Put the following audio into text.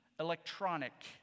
electronic